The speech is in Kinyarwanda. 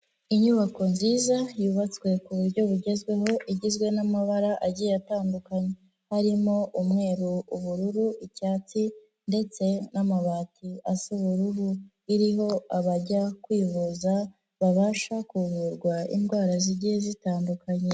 Inyubako nziza yubatswe ku buryo bugezweho igizwe n'amabara agiye atandukanye harimo umweru, ubururu, icyatsi ndetse n'amabatisa asa ubururu, iriho abajya kwivuza babasha kuvurwa indwara zigiye zitandukanye.